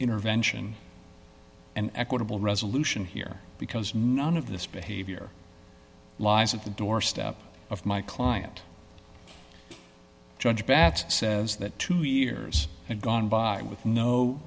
intervention and equitable resolution here because none of this behavior lies at the doorstep of my client judge bat's says that two years and gone by with no